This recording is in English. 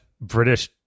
British